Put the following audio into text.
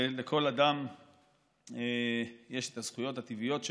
לכל אדם יש את הזכויות הטבעיות שלו.